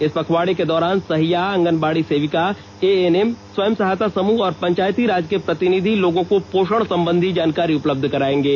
इस पखवाड़े के दौरान सहिया आंगनबाड़ी सेविका एएनएम स्वयं सहायता समूह और पंचायती राज के प्रतिनिधि लोगों को पोषण संबंधी जानकारी उपलब्ध कराएंगे